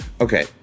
Okay